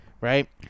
right